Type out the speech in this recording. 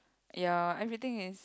ya everything is